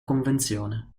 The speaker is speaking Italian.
convenzione